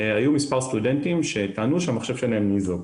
היו מספר סטודנטים שטענו שהמחשב שלהם ניזוק.